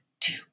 two